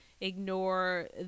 ignore